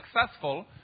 successful